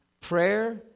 prayer